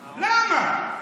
למה?